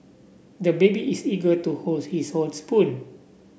the baby is eager to holds his own spoon